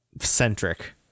centric